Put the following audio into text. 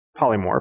polymorph